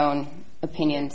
own opinion